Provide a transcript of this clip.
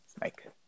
Mike